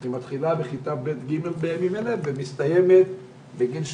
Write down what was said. היא מתחילה בכיתה ב'-ג' ומסתיימת בגיל 80,